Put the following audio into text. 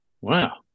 wow